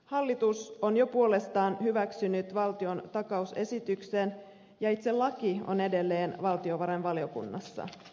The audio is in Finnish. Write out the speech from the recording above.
hallitus on jo puolestaan hyväksynyt valtiontakausesityksen ja itse laki on edelleen valtiovarainvaliokunnassa